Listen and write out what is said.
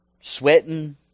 Sweating